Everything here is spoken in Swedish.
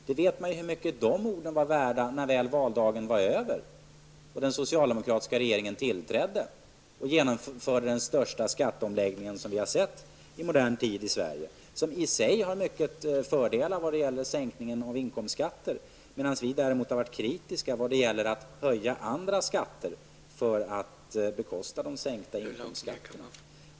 Man vet ju hur mycket de orden var värda när valet var över och den socialdemokratiska regeringen tillträdde och genomförde den största skatteomläggning vi har sett i modern tid i Sverige, som i och för sig innehåller många fördelar i vad gäller sänkningen av inkomstskatter. Vi har däremot varit kritiska när det gäller att höja andra skatter för att bekosta de sänkta inkomstskatterna.